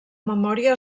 memòria